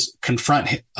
confront